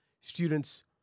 students